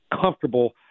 comfortable